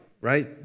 Right